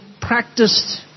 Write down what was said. practiced